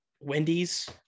wendy's